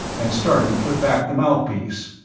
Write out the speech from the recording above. and started to put back the mouthpiece.